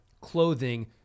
clothing